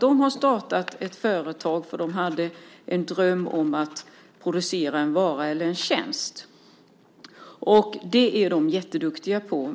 De har startat ett företag eftersom de hade en dröm om att producera en vara eller en tjänst. Det är de duktiga på.